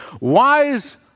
Wise